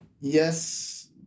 Yes